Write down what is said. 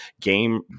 game